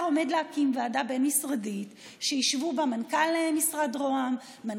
עומד להקים ועדה בין-משרדית שישבו בה מנכ"ל משרד ראש הממשלה,